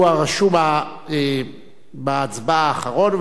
הוא הרשום בהצבעה אחרון,